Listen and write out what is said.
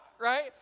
right